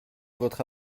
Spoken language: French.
votre